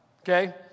Okay